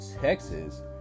texas